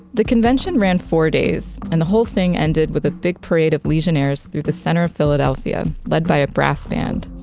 the convention ran four days, and the whole thing ended with a big parade of legionnaires through the center of philadelphia, led by a brass band.